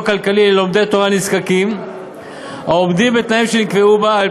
כלכלי ללומדי תורה נזקקים העומדים בתנאים שנקבעו בה.